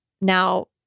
now